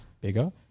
bigger